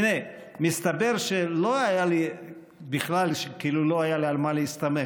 הינה, מסתבר שלא היה לי בכלל על מה להסתמך.